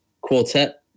quartet